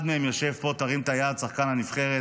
אחד מהם יושב פה, תרים את היד, שחקן הנבחרת.